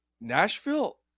Nashville